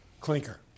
clinker